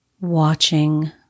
watching